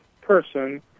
person